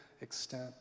extent